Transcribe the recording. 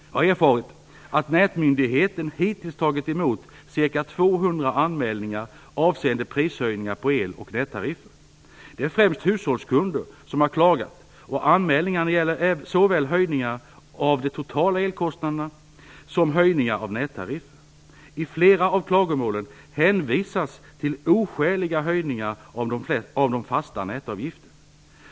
Jag har erfarit att Nätmyndigheten hittills har tagit emot ca 200 anmälningar avseende prishöjningar på el och nättariffer. Det är främst hushållskunder som har klagat, och anmälningarna gäller såväl höjningar av de totala elkostnaderna som höjningar av nätavgifter. I flera av klagomålen hänvisas till oskäliga höjningar av den fasta nätavgiften.